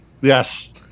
yes